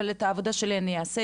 אבל את העבודה שלי אני אעשה,